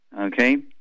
Okay